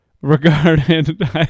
regarded